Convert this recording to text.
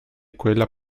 quella